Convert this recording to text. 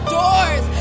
doors